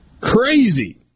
Crazy